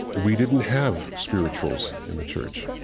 we didn't have spirituals in the church,